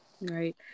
Right